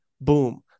Boom